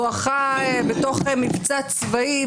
בואכה בתוך מבצע צבאי.